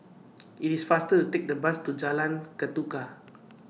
IT IS faster to Take The Bus to Jalan Ketuka